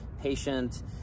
patient